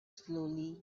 slowly